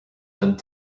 don